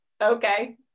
okay